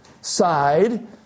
side